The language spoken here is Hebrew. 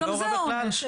גם זה עונש.